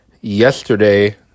yesterday